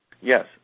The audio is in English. Yes